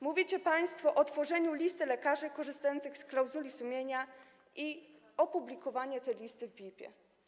Mówicie państwo o tworzeniu listy lekarzy korzystających z klauzuli sumienia i opublikowaniu tej listy w BIP.